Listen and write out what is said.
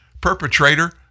perpetrator